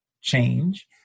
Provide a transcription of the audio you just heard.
change